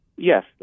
Yes